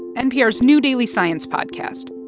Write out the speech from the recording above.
npr's new daily science podcast.